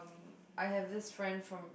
I have this friend from